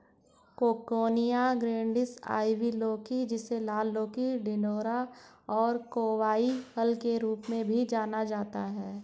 coccinia grandis, ivy लौकी, जिसे लाल लौकी, टिंडोरा और कोवाई फल के रूप में भी जाना जाता है